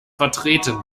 vertreten